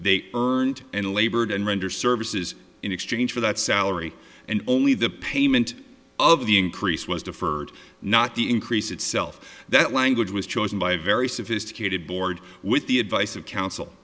they earned and labored and render services in exchange for that salary and only the payment of the increase was deferred not the increase itself that language was chosen by a very sophisticated board with the advice of